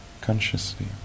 consciously